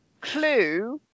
Clue